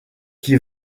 qui